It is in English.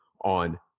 on